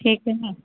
ठीक हइ